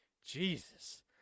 Jesus